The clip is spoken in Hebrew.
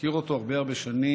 להכיר אותו הרבה הרבה שנים,